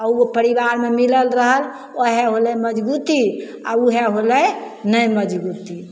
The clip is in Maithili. आओर ओ परिवारमे मिलल रहल वएह होलै मजगूती आओर वएह होलै नहि मजगूती